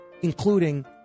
including